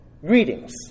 Greetings